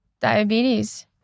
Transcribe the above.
diabetes